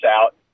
out